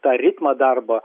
tą ritmą darbo